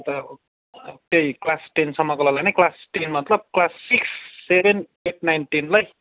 अन्त त्यही क्लास टेनसम्मकोलाई लाने क्लास टेन मतलब class six seven eight nine टेनलाई